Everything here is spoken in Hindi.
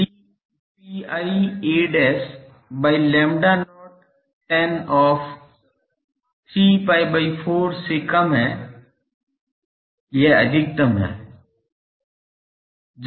यदि pi a by lambda not tan of 3 pi by 4 से कम है यह अधिकतम है